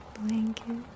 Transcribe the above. blanket